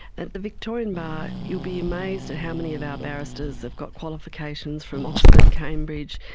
at the victorian bar you'll be amazed at how many of our barristers have got qualifications from oxford, cambridge,